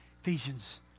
Ephesians